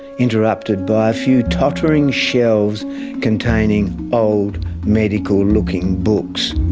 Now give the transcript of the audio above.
interrupted by a few tottering shelves containing old medical-looking books.